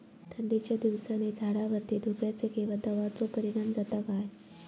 थंडीच्या दिवसानी झाडावरती धुक्याचे किंवा दवाचो परिणाम जाता काय?